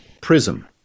prism